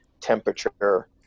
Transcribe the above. temperature